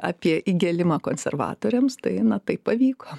apie įgėlimą konservatoriams tai na tai pavyko